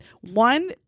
one